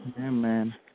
Amen